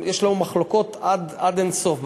יש לנו מחלוקות עד אין-סוף,